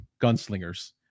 gunslingers